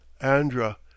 Andra